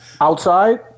outside